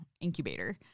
incubator